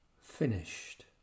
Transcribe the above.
finished